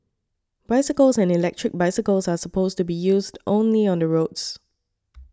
bicycles and electric bicycles are supposed to be used only on the roads